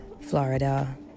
Florida